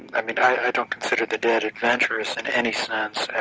i mean i don't consider the dead adventurous in any sense.